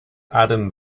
adam